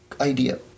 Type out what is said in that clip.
idea